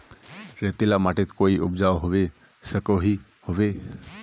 रेतीला माटित कोई उपजाऊ होबे सकोहो होबे?